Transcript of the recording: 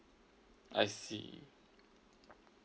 I see